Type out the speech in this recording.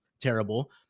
terrible